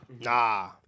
Nah